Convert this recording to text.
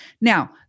Now